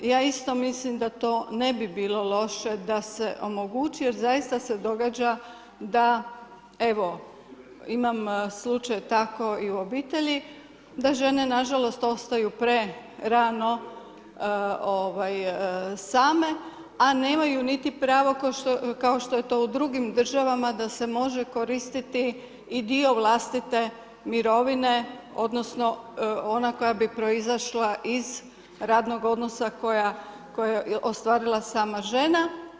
Ja isto mislim na to da to ne bi bilo loše da se omogući, jer zaista se događa da evo, imam slučaj tako i u obitelji, da žene nažalost, ostaju, prerano same, a nemaju niti pravo, kao što je to u drugim državama, da se može koristiti i dio vlastite mirovine, odnosno, ona koja bi proizašla iz radnog odnosa, koja ostvarila sama žena.